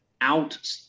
out